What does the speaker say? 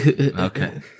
Okay